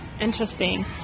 interesting